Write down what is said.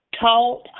taught